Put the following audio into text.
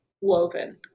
woven